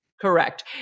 Correct